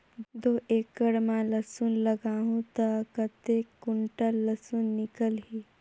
दो एकड़ मां लसुन लगाहूं ता कतेक कुंटल लसुन निकल ही?